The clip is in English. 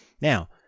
Now